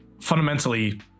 fundamentally